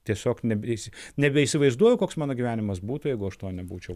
tiesiog nebeįsi nebeįsivaizduoju koks mano gyvenimas būtų jeigu aš to nebūčiau